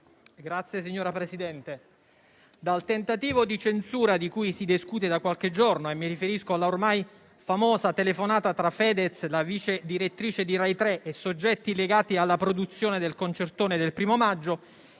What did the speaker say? *(M5S)*. Signora Presidente, dal tentativo di censura di cui si discute da qualche giorno - mi riferisco alla ormai famosa telefonata tra Fedez, la vice direttrice di RAI 3 e soggetti legati alla produzione del concertone del primo maggio